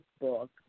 book